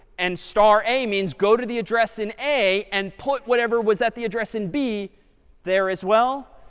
and star a means go to the address in a and put whatever was at the address in b there as well.